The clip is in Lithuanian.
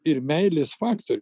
ir meilės faktorių